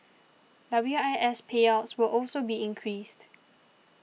W I S payouts will also be increased